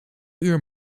uur